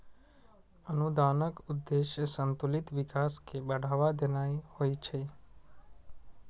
अनुदानक उद्देश्य संतुलित विकास कें बढ़ावा देनाय होइ छै